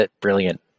Brilliant